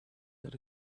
that